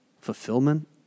Fulfillment